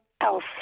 else